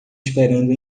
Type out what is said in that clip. esperando